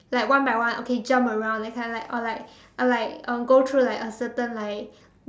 like one by one okay jump around that kind like or like or like go through like a certain like